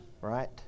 right